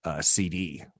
CD